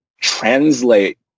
translate